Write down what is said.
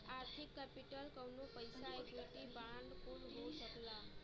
आर्थिक केपिटल कउनो पइसा इक्विटी बांड कुल हो सकला